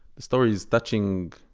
the story is touching,